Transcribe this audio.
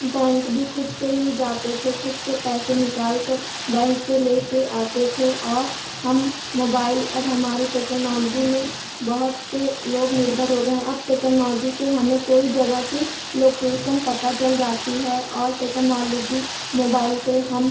bank भी खुद से ही जाते थे खुद से पैसे निकालकर बैंक से लेकर आते थे और हम मोबाइल अब हमारे टेकलनॉलजी में बहुत से लोग निर्भर हो गए हैं अब टेकानॉजी से हमें कोई जगह की लोकेसन पता चल जाती है और टेकानॉलजी मोबाइल से हम